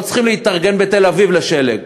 לא צריכים להתארגן בתל-אביב לשלג,